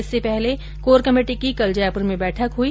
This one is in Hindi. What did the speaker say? इससे पहले कोर कमेटी की कल जयपुर में बैठक हुई